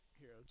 hero